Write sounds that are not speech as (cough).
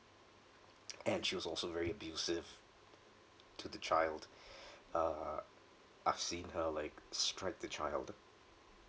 and she was also very abusive to the child (breath) uh I've seen her like strike the child